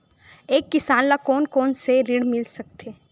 एक किसान ल कोन कोन से ऋण मिल सकथे?